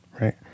right